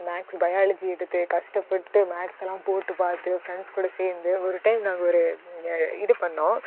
maths biology எடுத்து கஷ்டப்பட்டு மேக்ஸெல்லாம் போட்டுப் பார்த்து ஃப்ரண்ட்ஸ் கூட சேர்ந்து ஒரு டைம் நாங்கள் ஒரு இது பண்ணோம்